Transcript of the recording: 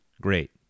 Great